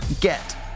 get